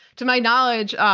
to my knowledge,